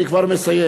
אני כבר מסיים,